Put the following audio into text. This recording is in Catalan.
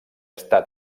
està